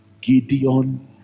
Gideon